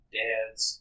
dads